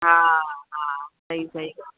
हा हा सही सही ॻाल्हि आहे